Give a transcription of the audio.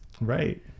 Right